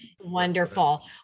Wonderful